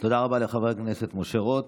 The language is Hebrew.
תודה לחבר הכנסת משה רוט.